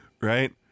Right